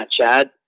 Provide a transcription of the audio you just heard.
Chad